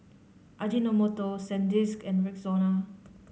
Ajinomoto Sandisk and Rexona